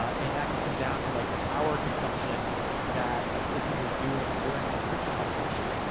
and that could come down to like the power consumption that a system is doing during an encryption operation.